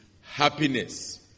Happiness